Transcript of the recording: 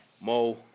Mo